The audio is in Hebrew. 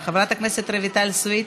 חברת הכנסת רויטל סויד,